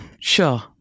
Sure